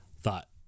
thought